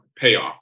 payoff